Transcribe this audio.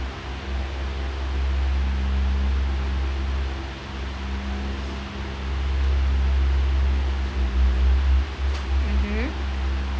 mmhmm